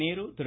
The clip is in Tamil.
நேரு திரு